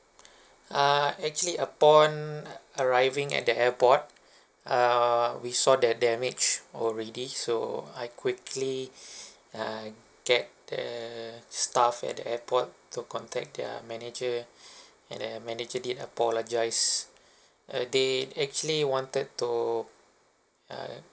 uh actually upon arriving at the airport err we saw that damage already so I quickly uh get the staff at the airport to contact their manager and then the manager did apologise uh they actually wanted to uh